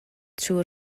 drwy